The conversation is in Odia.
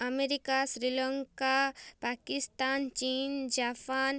ଆମେରିକା ଶ୍ରୀଲଙ୍କା ପାକିସ୍ତାନ ଚୀନ୍ ଜାପାନ